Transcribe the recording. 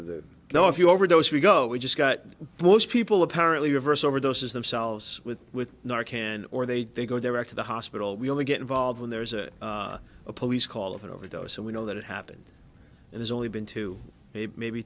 of the go if you overdose we go we just gut most people apparently reverse overdoses themselves with with nor can or they go direct to the hospital we only get involved when there's a police call of an overdose and we know that it happened and there's only been two maybe